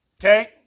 okay